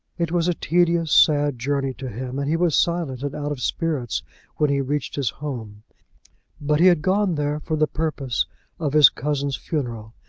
it was a tedious, sad journey to him, and he was silent and out of spirits when he reached his home but he had gone there for the purpose of his cousin's funeral,